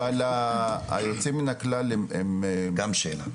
אבל היוצאים מן הכלל הם גם שאלה.